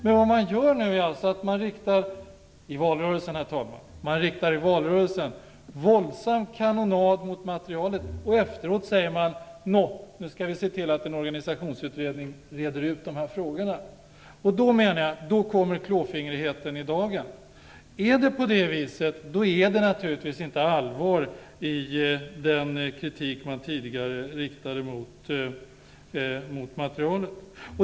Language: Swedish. Men vad man i valrörelsen gjorde var att man riktade en våldsam kanonad mot materialet. Efteråt säger man: Nå, nu skall vi se till att en organisationsutredning reder ut dessa frågor. Då, menar jag, kommer klåfingrigheten i dagen. Är det på det viset, finns det naturligtvis inget allvar bakom den kritik man tidigare riktade mot materialet.